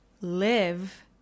live